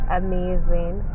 amazing